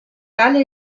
tale